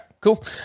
cool